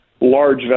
large